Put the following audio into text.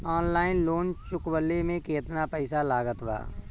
Online loan चुकवले मे केतना पईसा लागत बा?